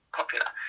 popular